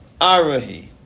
arahi